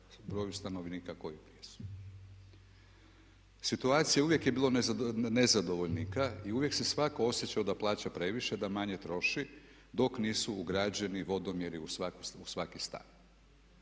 broju stanovnika koji jesu. Uvijek je bilo nezadovoljnika i uvijek se svatko osjećao da plaća previše, da manje troši dok nisu ugrađeni vodomjeri u svaki stan.